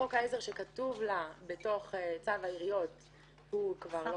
חוק העזר שכתוב לה בתוך צו העיריות כבר לא